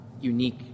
unique